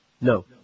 No